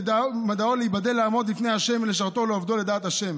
מדעו להיבדל לעמוד לפני ה' לשרתו ולעובדו לדעה את ה',